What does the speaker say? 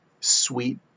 sweet